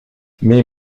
mais